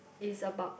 is about